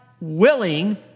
willing